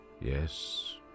Yes